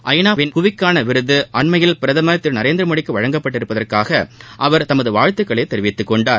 ஐநா வின் புவிக்கான விருது அண்மையில் பிரதமர் நரேந்திரமோடிக்கு திரு வழங்கப்பட்டிருப்பதற்காக அவர் தனது வாழ்த்துகளை தெரிவித்துக் கொண்டார்